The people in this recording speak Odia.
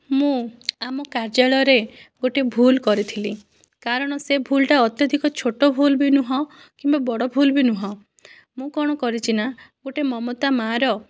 ମୁଁ ଆମ କାର୍ଯ୍ୟାଳୟରେ ଗୋଟିଏ ଭୁଲ କରିଥିଲି କାରଣ ସେ ଭୁଲଟା ଅତ୍ୟଧିକ ଛୋଟ ଭୁଲ ବି ନୁହଁ କିମ୍ବା ବଡ଼ ଭୁଲ ବି ନୁହଁ ମୁଁ କ'ଣ କରିଛି ନା' ଗୋଟିଏ ମମତା ମାଆର